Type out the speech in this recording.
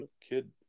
Kid